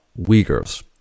Uyghurs